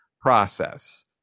process